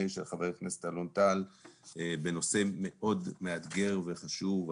בראשות חבר הכנסת אלון טל בנושא מאתגר מאוד וחשוב,